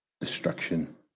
destruction